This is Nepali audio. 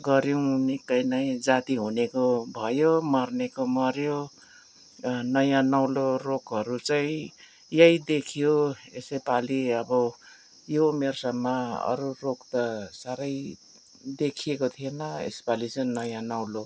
गर्यौँ निकै नै जाती हुनेको भयो मर्नेको मऱ्यो नयाँ नौलो रोगहरू चाहिँ यही देखियो यसैपालि अब यो उमेरसम्म अरू रोग त साह्रै देखिएको थिएन यसपालि चाहिँ नयाँ नौलो